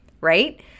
right